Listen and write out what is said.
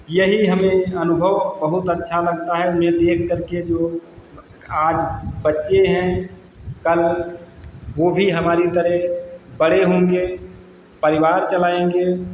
यही हमें अनुभव बहुत अच्छा लगता है में देख करके जो आज बच्चे हैं कल वह भी हमारी तरह बड़े होंगे परिवार चलाएंगे